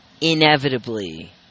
inevitably